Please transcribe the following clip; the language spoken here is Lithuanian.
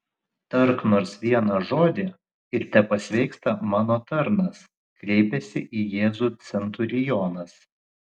tark nors vieną žodį ir tepasveiksta mano tarnas kreipiasi į jėzų centurionas